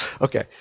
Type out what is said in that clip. Okay